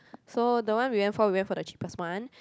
so the one we went for we went for the cheapest one